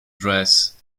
dress